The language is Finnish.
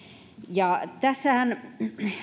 tässähän